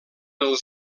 els